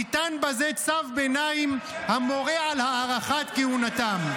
"ניתן בזה צו ביניים המורה על הארכת כהונתם".